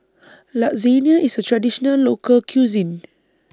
Lasagne IS A Traditional Local Cuisine